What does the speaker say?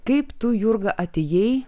kaip tu jurga atėjai